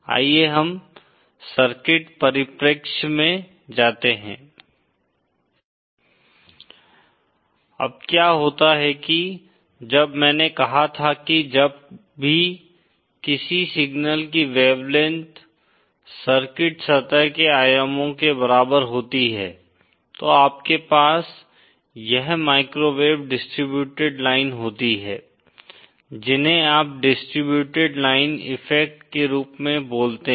आइए हम सर्किट परिप्रेक्ष्य में जाते हैं अब क्या होता है कि जब मैंने कहा था कि जब भी किसी सिग्नल की वेवलेंथ सर्किट सतह के आयामों के बराबर होती है तो आपके पास यह माइक्रोवेव डिस्ट्रिब्यूटेड लाइन होती हैं जिन्हें आप डिस्ट्रिब्यूटेड लाइन इफ़ेक्ट के रूप में बोलते हैं